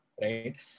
right